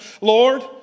Lord